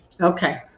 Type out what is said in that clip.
Okay